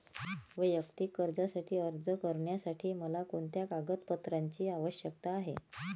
वैयक्तिक कर्जासाठी अर्ज करण्यासाठी मला कोणत्या कागदपत्रांची आवश्यकता आहे?